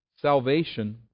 Salvation